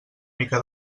mica